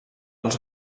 els